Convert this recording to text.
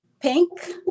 Pink